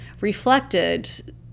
reflected